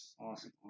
Awesome